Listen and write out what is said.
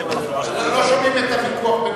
שומעים את הוויכוח ביניכם.